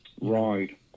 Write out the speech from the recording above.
Right